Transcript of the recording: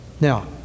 Now